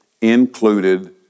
included